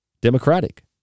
Democratic